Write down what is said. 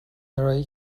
ارائهای